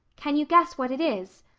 can you guess what it is?